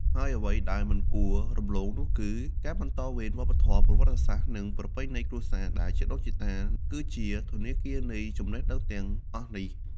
ហើយអ្វីដែលមិនគួររំលងនោះគឺ ការបន្តវេនវប្បធម៌ ប្រវត្តិសាស្រ្ត និងប្រពៃណីគ្រួសារ ដែលជីដូនជីតា គឺជាធនាគារនៃចំណេះដឹងទាំងអស់នេះ។